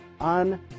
on